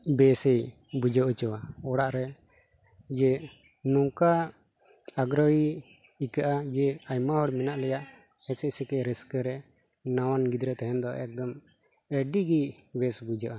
ᱵᱮᱥᱮ ᱵᱩᱡᱷᱟᱹᱣ ᱦᱚᱪᱚᱣᱟ ᱚᱲᱟᱜ ᱨᱮ ᱡᱮ ᱱᱚᱝᱠᱟ ᱟᱜᱽᱨᱚᱦᱤ ᱟᱹᱭᱠᱟᱹᱜᱼᱟ ᱡᱮ ᱟᱭᱢᱟ ᱦᱚᱲ ᱢᱮᱱᱟᱜ ᱞᱮᱭᱟ ᱦᱮᱥᱮᱡ ᱥᱮᱠᱮᱡ ᱨᱟᱹᱥᱠᱟᱹ ᱨᱮ ᱱᱟᱣᱟᱱ ᱜᱤᱫᱽᱨᱟᱹ ᱛᱟᱦᱮᱱ ᱫᱚ ᱮᱠᱫᱚᱢ ᱟᱹᱰᱤ ᱜᱮ ᱵᱮᱥ ᱵᱩᱡᱷᱟᱹᱜᱼᱟ